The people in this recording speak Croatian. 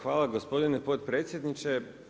Hvala gospodine potpredsjedniče.